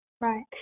Right